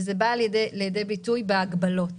זה בא לידי ביטוי בהגבלות.